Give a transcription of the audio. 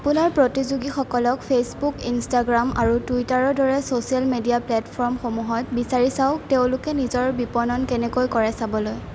আপোনাৰ প্ৰতিযোগীসকলক Facebook Instagram আৰু টুইটাৰৰ দৰে ছ'চিয়েল মেডিয়া প্লেটফৰ্মসমূহত বিচাৰি চাওক তেওঁলোকে নিজৰ বিপণন কেনেকৈ কৰে চাবলৈ